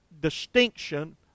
distinction